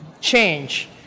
change